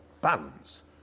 balance